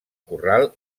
corral